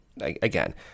again